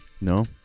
No